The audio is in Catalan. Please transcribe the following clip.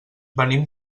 venim